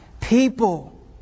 people